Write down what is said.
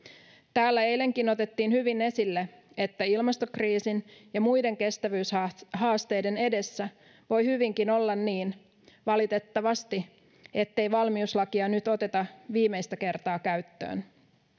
täällä eilenkin otettiin hyvin esille että ilmastokriisin ja muiden kestävyyshaasteiden edessä voi hyvinkin olla niin valitettavasti ettei valmiuslakia nyt oteta viimeistä kertaa käyttöön